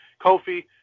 Kofi